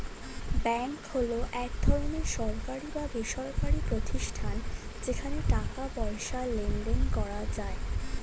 bank হলো এক ধরনের সরকারি বা বেসরকারি প্রতিষ্ঠান যেখানে টাকা পয়সার লেনদেন করা যায়